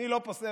אני לא מחפש